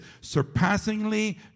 surpassingly